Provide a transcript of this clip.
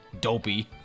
Dopey